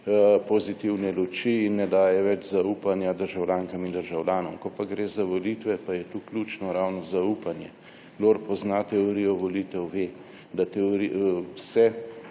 pozitivne luči in ne daje več zaupanja državljankam in državljanom. Ko gre za volitve pa je tu ključno ravno zaupanje. Kdor pozna teorijo volitev, ve, da vse,